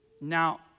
Now